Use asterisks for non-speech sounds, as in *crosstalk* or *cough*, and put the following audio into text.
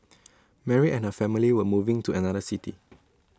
*noise* Mary and her family were moving to another city